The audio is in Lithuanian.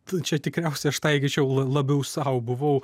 nu čia tikriausiai aš taikyčiau labiau sau buvau